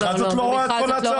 במכרז את לא רואה את כל הצעות.